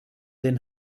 den